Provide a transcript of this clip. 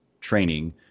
training